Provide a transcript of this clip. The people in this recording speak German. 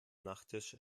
nachttisch